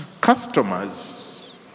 Customers